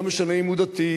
לא משנה אם הוא דתי,